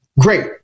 great